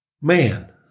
Man